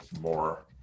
more